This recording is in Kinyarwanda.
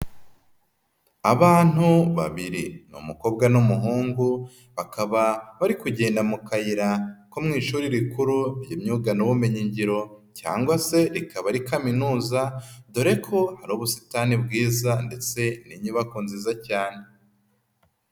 Abantu babiri. Ni umukobwa n'umuhungu, bakaba bari kugenda mu kayira ko mu ishuri rikuru ry' imyuga n'ubumenyi ngiro cyangwa se ikaba ari kaminuza, dore ko hari ubusitani bwiza ndetse n'inyubako nziza cyane.